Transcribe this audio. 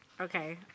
Okay